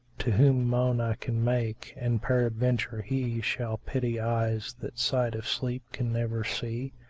to whom moan i can make and, peradventure, he shall pity eyes that sight of sleep can never see?